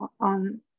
on